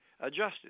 adjusted